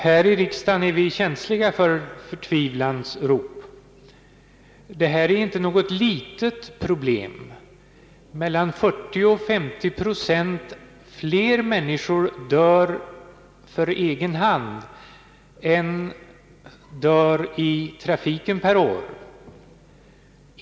Här i riksdagen är vi känsliga för förtvivlans rop. Detta är inte något litet problem. Mellan 40 och 50 procent fler människor dör för egen hand än i trafiken per år.